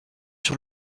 sur